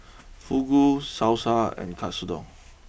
Fugu Salsa and Katsudon